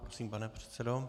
Prosím, pane předsedo.